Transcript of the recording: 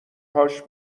هاش